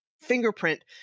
fingerprint